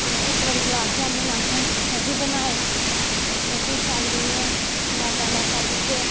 ऐं इक बारी गुलाब जामुन आक्खन ओहब्बी बनाए ओहब्बी शैल करियै मैदा लैता बिच